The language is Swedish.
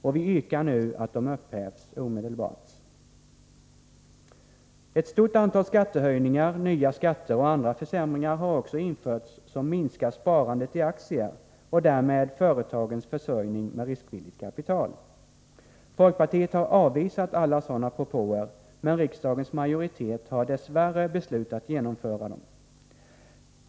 Och vi yrkar nu att de upphävs omedelbart. Ett stort antal skattehöjningar, nya skatter och andra försämringar har också införts som minskar sparandet i aktier och därmed företagens försörjning med riskvilligt kapital. Folkpartiet har avvisat alla sådana propåer, men riksdagens majoritet har dess värre beslutat genomföra dem.